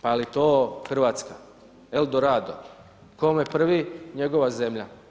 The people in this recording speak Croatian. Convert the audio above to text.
Pa jel to Hrvatska, el dorado, kome prvi, njegova zemlja.